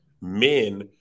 men